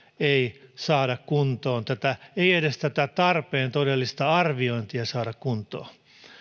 ei saada kuntoon ei edes tätä tarpeen todellista arviointia saada kuntoon